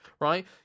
right